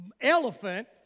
elephant